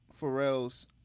Pharrell's